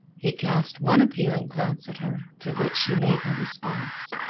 he cast one appealing glance at her, to which she made no response.